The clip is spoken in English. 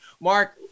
Mark